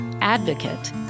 advocate